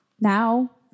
Now